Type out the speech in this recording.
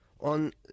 On